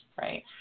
right